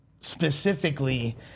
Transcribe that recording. specifically